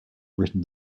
written